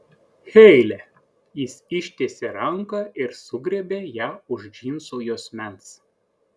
heile jis ištiesė ranką ir sugriebė ją už džinsų juosmens